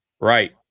Right